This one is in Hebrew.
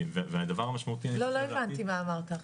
והדבר המשמעותי --- לא הבנתי מה אמרת עכשיו,